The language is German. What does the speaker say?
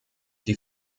die